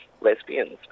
lesbians